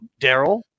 Daryl